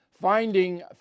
Finding